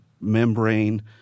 membrane